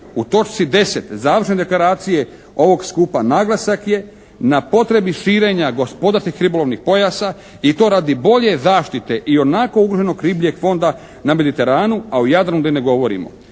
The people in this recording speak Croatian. U točci 10. završne deklaracije ovog skupa naglasak je na potrebi širenja gospodarskih ribolovnih pojasa i to radi bolje zaštite i onako ugroženog ribljeg fonda na Mediteranu a o Jadranu da i ne govorimo.